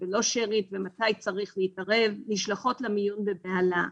ולא שארית ומצי צריך להתערב והן נשלחות למיון בבהלה.